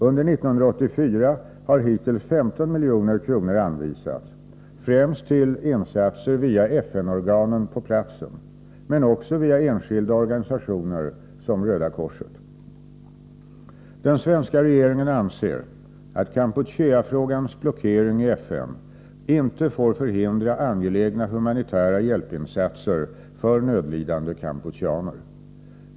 Under 1984 har hittills 15 milj.kr. anvisats, främst till insatser via FN-organen på platsen, men också via enskilda organisationer som Röda korset. Den svenska regeringen anser att Kampucheafrågans blockering i FN inte får förhindra angelägna humanitära hjälpinsatser för nödlidande kampucheaner.